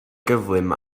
gyflym